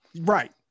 Right